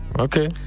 Okay